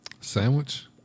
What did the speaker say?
Sandwich